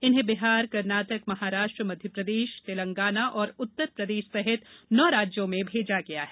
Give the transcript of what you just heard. इन्हें बिहार कर्नाटक महाराष्ट्र मध्यप्रदेश तेलंगाना और उत्तर प्रदेश सहित नौ राज्यों में भेजा गया हैं